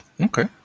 okay